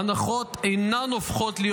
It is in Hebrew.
ההנחות אינן הופכות להיות